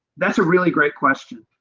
that is a really great question.